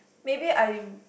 maybe I